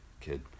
kid